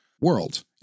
world